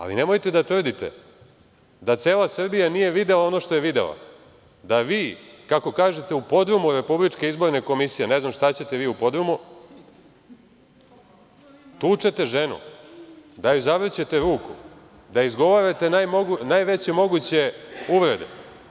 Ali, nemojte da tvrdite da cela Srbija nije videla ono što je videla, da vi, kako kažete u podrumu RIK, ne znam šta ćete vi u podrumu, tučete ženu, da joj zavrćete ruku, da izgovarate najveće moguće uvrede.